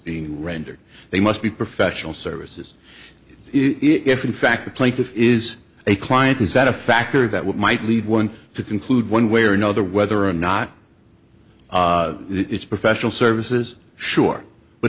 being rendered they must be professional services if in fact the plaintiff is a client is that a factor that would might lead one to conclude one way or another whether or not it's professional services sure but